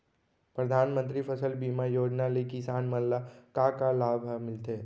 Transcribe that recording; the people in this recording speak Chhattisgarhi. परधानमंतरी फसल बीमा योजना ले किसान मन ला का का लाभ ह मिलथे?